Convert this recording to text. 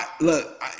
Look